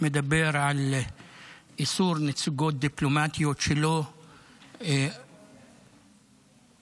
מדבר על איסור על נציגויות דיפלומטיות שלא הואמנו,